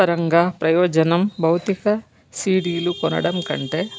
ఉత్తరంగా ప్రయోజనం భౌతిక సీడీలు కొనడం కంటే